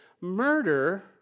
murder